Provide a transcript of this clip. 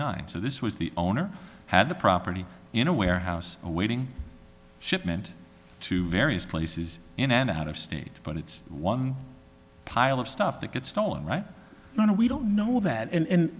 nine so this was the owner had the property in a warehouse awaiting shipment to various places in and out of state but it's one pile of stuff that gets stolen right now we don't know that and